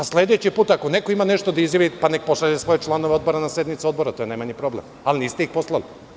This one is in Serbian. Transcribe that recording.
Sledeći put, ako ima neko nešto da izjavi, neka pošalje svoje članove odbora na sednicu odbora, to je najmanji problem, ali niste ih poslali.